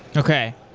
okay.